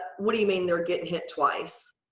what do you mean they're getting hit twice?